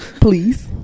Please